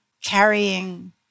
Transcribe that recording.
carrying